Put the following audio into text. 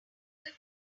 local